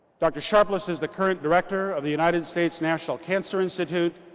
dr. sharpless is the current director of the united states national cancer institute,